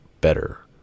better